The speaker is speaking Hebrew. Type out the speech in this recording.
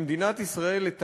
במדינת ישראל, לטעמי,